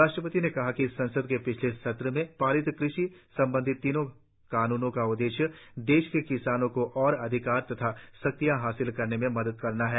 राष्ट्रपति ने कहा कि संसद के पिछले सत्र में पारित कृषि संबंधी तीनों कानूनों का उद्देश्य देश के किसानों को और अधिकार तथा शक्तियां हासिल करने में मदद करना है